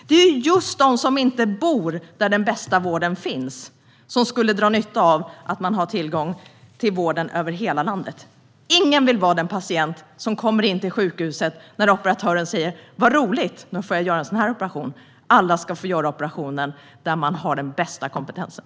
Det är just de som inte bor där den bästa vården finns som skulle dra nytta av tillgång till vård över hela landet. Ingen vill vara den patient som kommer till sjukhuset och får operatören att säga: "Vad roligt! Nu får jag göra en sådan här operation." Alla ska få opereras där man har den bästa kompetensen.